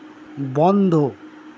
বন্ধ